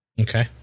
Okay